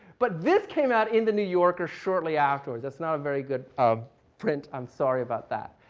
but this came out in the new yorker shortly afterwards. that's not a very good um print. i'm sorry about that.